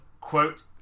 quote